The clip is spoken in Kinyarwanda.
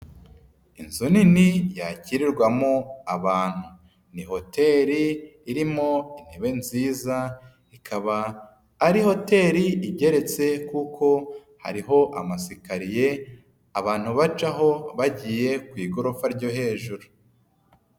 Inzu nini yakirirwamo abantu ni hoteri irimo intebe nziza, ikaba ari hoteri igeretse kuko hariho amasikariye abantu bacaho bagiye ku igorofa ryo hejuru.